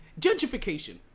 gentrification